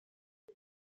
web